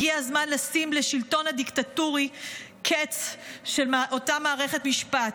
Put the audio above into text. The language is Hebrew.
הגיע הזמן לשים קץ לשלטון הדיקטטורי של אותה מערכת משפט.